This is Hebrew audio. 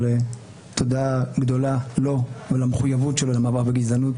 אבל תודה גדולה לו ולמחויבות שלו למאבק בגזענות.